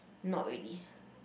not really